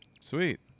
sweet